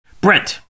Brent